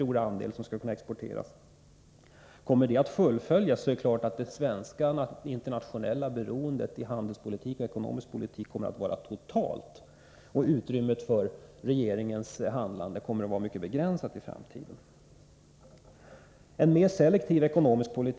Om dessa ansträngningar kommer att fullföljas, så är det klart att Sveriges internationella beroende i handelspolitik och ekonomisk politik kommer att vara totalt. Utrymmet för regeringens handlande kommer då att vara mycket begränsat i framtiden. En mer selektiv ekonomisk politik bör vara vägledande också för satsningarna i ett litet längre perspektiv.